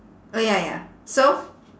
uh ya ya so